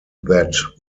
that